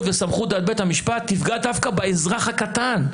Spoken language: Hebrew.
וסמכות על בית המשפט תפגע דווקא באזרח הקטן,